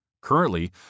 Currently